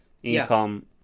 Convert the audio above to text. income